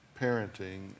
parenting